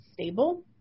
stable